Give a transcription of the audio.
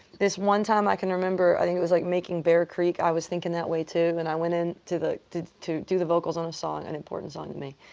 this one time i can remember, i think it was like making bear creek, i was thinking that way too. and i went in to the to do the vocals on a song, an important song to me,